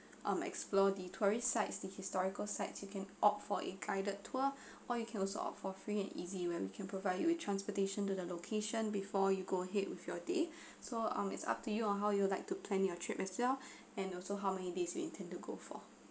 um explore the tourist sites the historical sites you can opt for a guided tour or you can also opt for free and easy when we can provide you with transportation to the location before you go ahead with your day so um it's up to you on how you would like to plan your trip myself and also how many days you intend to go for